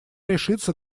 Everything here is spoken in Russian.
решится